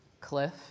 Cliff